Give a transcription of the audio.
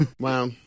Wow